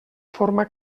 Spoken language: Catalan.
forma